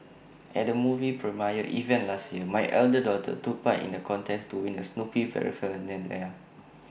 at A movie premiere event last year my elder daughter took part in A contest to win Snoopy Paraphernalia